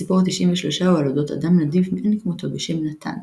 הסיפור התשעים ושלושה הוא על אודות אדם נדיב מאין כמותו בשם "נתן",